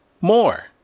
more